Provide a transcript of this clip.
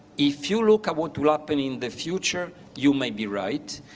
if you look at what will happen in the future, you may be right.